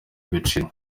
ibiciro